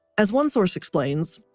as one source explains,